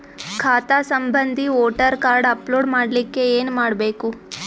ಖಾತಾ ಸಂಬಂಧಿ voter card upload ಮಾಡಲಿಕ್ಕೆ ಏನ ಮಾಡಬೇಕು?